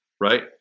right